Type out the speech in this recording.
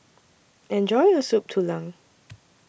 Enjoy your Soup Tulang